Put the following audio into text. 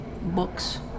books